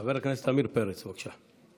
חבר הכנסת עמיר פרץ, בבקשה.